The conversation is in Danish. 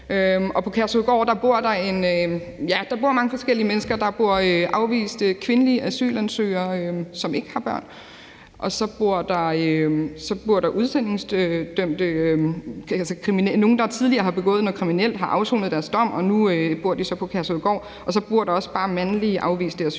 På Kærshovedgård bor der mange forskellige mennesker. Der bor afviste kvindelige asylansøgere, som ikke har børn, og så bor der udsendelsesdømte – nogle, der tidligere har begået noget kriminelt, har afsonet deres dom, og nu bor de så på Kærshovedgård – og så bor der også bare mandlige afviste asylansøgere.